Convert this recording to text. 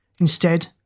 Instead